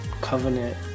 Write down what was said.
covenant